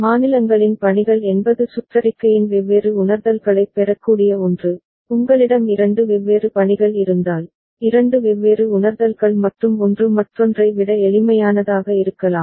மாநிலங்களின் பணிகள் என்பது சுற்றறிக்கையின் வெவ்வேறு உணர்தல்களைப் பெறக்கூடிய ஒன்று உங்களிடம் இரண்டு வெவ்வேறு பணிகள் இருந்தால் இரண்டு வெவ்வேறு உணர்தல்கள் மற்றும் ஒன்று மற்றொன்றை விட எளிமையானதாக இருக்கலாம்